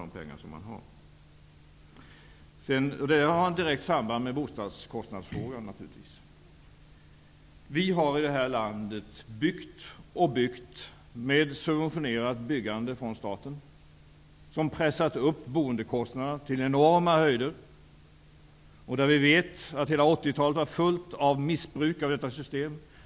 Detta har naturligtvis ett direkt samband med bostadskostnadsfrågan. Vi har i detta land byggt och byggt med subventioner från staten, vilket har pressat upp boendekostnaderna till enorma höjder. Vi vet att hela 1980-talet var fullt av missbruk av detta system.